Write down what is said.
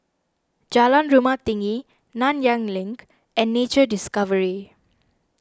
Jalan Rumah Tinggi Nanyang Link and Nature Discovery